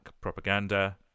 propaganda